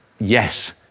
Yes